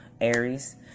Aries